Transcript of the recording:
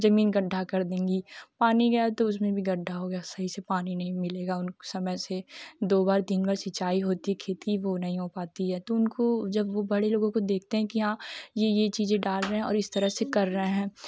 ज़मीन गड्ढा कर देंगी पानी गया तो उसमें भी गड्ढा हो गया सही से पानी नहीं मिलेगा उन समय से दो बार तीन बार सिंचाई होती खेती वो नहीं हो पाती है तो उनको जब वह बड़े लोग को देखते हैं कि हाँ यह यह चीज़ें डाल रहे और इस तरह से कर रहे हैं